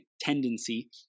tendency